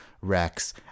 Rex